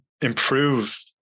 improve